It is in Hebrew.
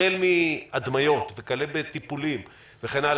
החל מהדמיות וכלה בטיפולים אחרים וכן הלאה,